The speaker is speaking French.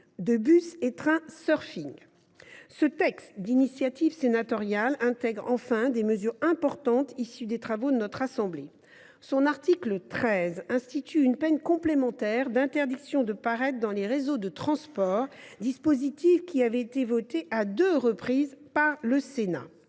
: le et. Ce texte, d’initiative sénatoriale, intègre enfin des mesures importantes issues des travaux de notre assemblée. L’article 13 institue ainsi une peine complémentaire d’interdiction de paraître dans les réseaux de transport, dispositif qui a déjà été voté à deux reprises par le Sénat.